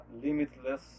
limitless